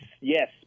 yes